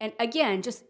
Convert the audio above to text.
and again just